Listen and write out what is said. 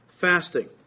fasting